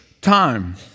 time